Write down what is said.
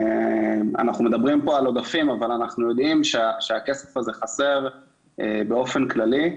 אנחנו מדברים פה על עודפים אבל אנחנו יודעים שהכסף הזה חסר באופן כללי.